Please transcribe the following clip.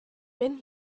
been